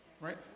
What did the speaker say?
Right